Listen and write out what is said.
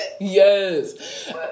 Yes